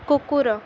କୁକୁର